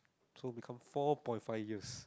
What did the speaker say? two become four point five years